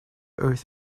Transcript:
earth